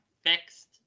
fixed